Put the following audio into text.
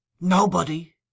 Nobody